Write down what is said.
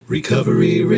Recovery